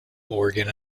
organ